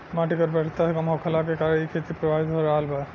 माटी के उर्वरता कम होखला के कारण इ खेती प्रभावित हो रहल बा